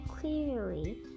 clearly